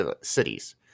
cities